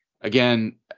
Again